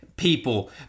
People